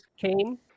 came